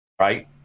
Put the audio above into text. Right